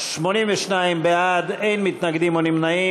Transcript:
82 בעד, אין מתנגדים או נמנעים.